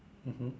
mmhmm